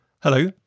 Hello